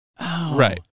Right